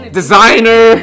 designer